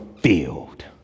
field